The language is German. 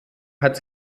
hat